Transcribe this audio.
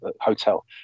hotel